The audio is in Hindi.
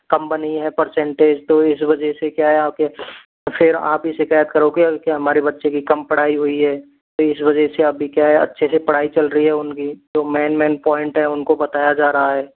कम बनी है परसेंटेज तो इस वजह से क्या है आप फिर आप ही शिकायत करोगे कि हमारे बच्चे की कम पढ़ाई हुई है इस वजह से अभी क्या है अच्छे से पढ़ाई चल रही है उनकी जो मेन मेन पॉइंट है उनको बताया जा रहा है